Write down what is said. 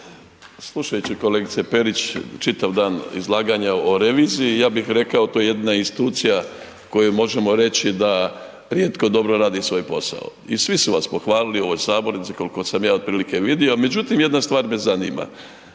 Slušaju kolegice Perić, čitav dan izlaganja o reviziji, ja bih rekao, to je jedna institucija za koju možemo reći da rijetko dobro radi svoj posao. I svi su vas pohvalili u ovoj sabornici koliko sam ja otprilike vidio. Međutim jedna stvar me zanima,